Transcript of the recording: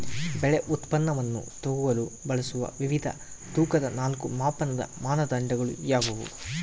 ಬೆಳೆ ಉತ್ಪನ್ನವನ್ನು ತೂಗಲು ಬಳಸುವ ವಿವಿಧ ತೂಕದ ನಾಲ್ಕು ಮಾಪನದ ಮಾನದಂಡಗಳು ಯಾವುವು?